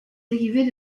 dérivés